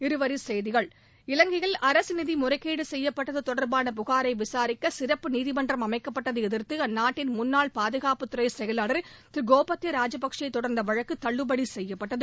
இருவரி செய்திகள் இலங்கையில் அரசு நிதி முறைகேடு செய்யப்பட்டது தொடா்பான புகாரை விசாரிக்க சிறப்பு நீதிமன்றம் அமைக்கப்பட்டதை எதிர்த்து அற்நாட்டின் முன்னாள் பாதுகாப்பு துறை செயலாளர் திரு கோத்தப்பையா ராஜபக்சே தொடர்ந்த வழக்கு தள்ளுபடி செய்யப்பட்டது